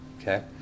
Okay